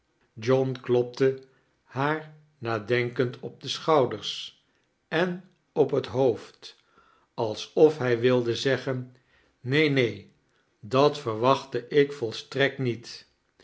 john klopte haar nadenkend op de schoudeirs en op het hoofd alsof hij wilde zeggen neen neen dat veirwachtte ik volstirekt niet